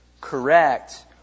correct